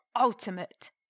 ultimate